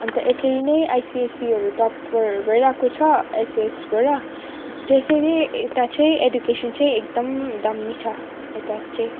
अन्त यसरी नै आइसिएससीहरू टपर भइरहेको छ एसएसबाट त्यसरी यता चाहिँ एडुकेसन चाहिँ एकदम दाम्मी छ यता चाहिँ